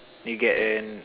you get an